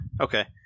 Okay